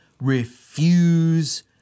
refuse